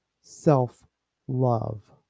self-love